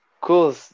Cool